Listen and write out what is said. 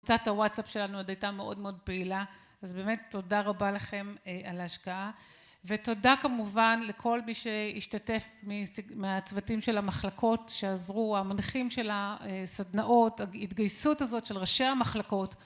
קבוצת הוואטסאפ שלנו עוד הייתה מאוד מאוד פעילה, אז באמת תודה רבה לכם על ההשקעה. ותודה כמובן לכל מי שהשתתף מהצוותים של המחלקות שעזרו, המנחים של הסדנאות, ההתגייסות הזאת של ראשי המחלקות